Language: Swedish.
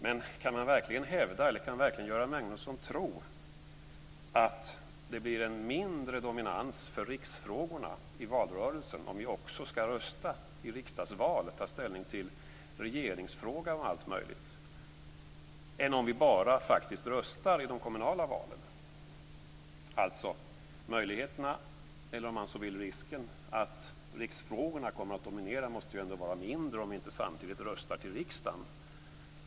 Men kan man verkligen hävda, och kan verkligen Göran Magnusson tro, att det blir en mindre dominans för riksfrågorna i valrörelsen om vi också ska rösta i riksdagsvalet och ta ställning till regeringsfrågan och allt möjligt annat än om vi bara röstar i de kommunala valen? Möjligheterna, eller om man så vill risken, att riksfrågorna kommer att dominera måste ändå vara mindre om vi inte samtidigt röstar till riksdagen.